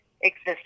exists